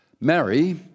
marry